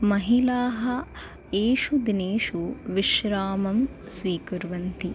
महिलाः एषु दिनेषु विश्रामं स्वीकुर्वन्ति